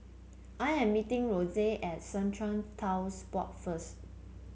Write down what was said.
I am meeting Reese at Strata Titles Board first